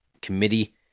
committee